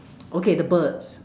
okay the birds